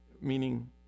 meaning